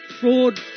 fraud